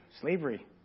slavery